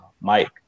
mike